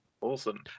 awesome